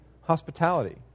hospitality